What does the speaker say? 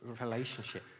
relationship